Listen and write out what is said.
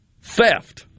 theft